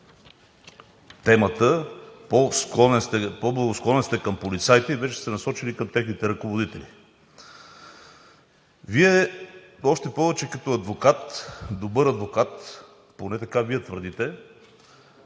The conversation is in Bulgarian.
темата – по-благосклонен сте към полицаите и вече сте се насочили към техните ръководители. Вие, още повече като адвокат, добър адвокат, поне така Вие твърдите,